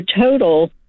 total